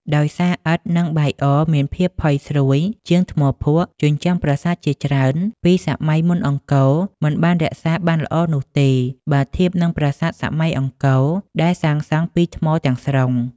ដោយសារឥដ្ឋ និងបាយអរមានភាពផុយស្រួយជាងថ្មភក់ ជញ្ជាំងប្រាសាទជាច្រើនពីសម័យមុនអង្គរមិនបានរក្សាបានល្អនោះទេ បើធៀបនឹងប្រាសាទសម័យអង្គរដែលសាងសង់ពីថ្មទាំងស្រុង។